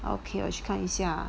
okay 我去看一下